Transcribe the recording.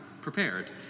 prepared